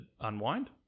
unwind